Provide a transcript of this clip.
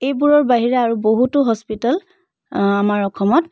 এইবোৰৰ বাহিৰে আৰু বহুতো হস্পিটেল আমাৰ অসমত